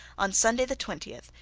on sunday the twentieth,